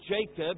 Jacob